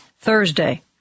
Thursday